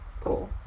Cool